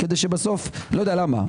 לא יודע למה,